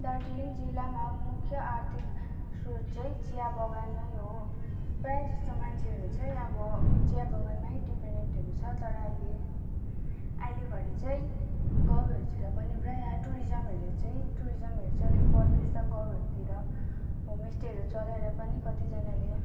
दार्जिलिङ जिल्लामा मुख्य आर्थिक स्रोत चाहिँ चिया बगान नै हो प्राय जस्तो मान्छेहरू चाहिँ अब चिया बगानमै डिपेनडेन्टहरू छ तर अहिले आहिलेघरी चाहिँ गाउँहरू तिर पनि प्राय टुरिज्महरूले चाहिँ टुरिज्महरू चाहिँ अलिक बढ्दैछ गाउँहरूतिर होमस्टेहरू चलाएर पनि कतिजनाले